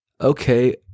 okay